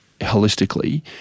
holistically